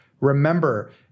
Remember